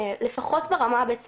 לפחות ברמה הבית ספרית.